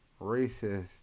racist